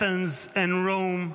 Athens and Rome,